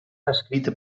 escrita